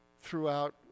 throughout